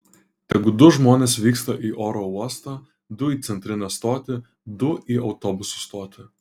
tegu du žmonės vyksta į oro uostą du į centrinę stotį du į autobusų stotį